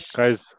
guys